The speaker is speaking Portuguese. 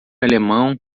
alemão